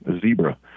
zebra